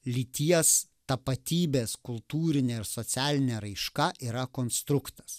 lyties tapatybės kultūrinė ir socialinė raiška yra konstruktas